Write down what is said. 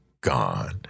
gone